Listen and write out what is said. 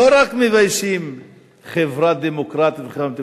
לא רק מביישים חברה דמוקרטית וחברה מתוקנת,